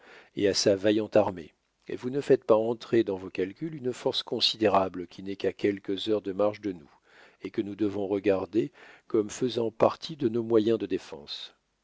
et à sa vaillante armée et vous ne faites pas entrer dans vos calculs une force considérable qui n'est qu'à quelques heures de marche de nous et que nous devons regarder comme faisant partie de nos moyens de défense